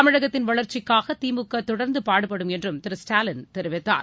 தமிழகத்தின் வளர்ச்சிக்காகதிமுகதொடர்ந்தபாடுபடும் என்றும் திரு ஸ்டாலின் தெரிவித்தார்